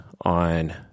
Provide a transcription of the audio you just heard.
on